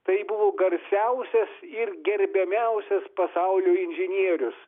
tai buvo garsiausias ir gerbiamiausias pasaulio inžinierius